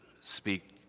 Speak